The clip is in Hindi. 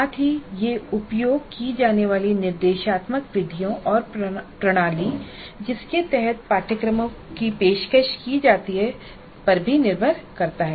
साथ ही ये उपयोग की जाने वाली निर्देशात्मक विधियों और प्रणाली जिसके तहत पाठ्यक्रमों की पेशकश की जाती है पर निर्भर करता है